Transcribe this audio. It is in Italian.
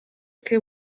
che